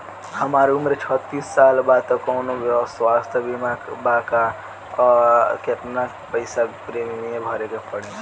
हमार उम्र छत्तिस साल बा त कौनों स्वास्थ्य बीमा बा का आ केतना पईसा प्रीमियम भरे के पड़ी?